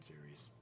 series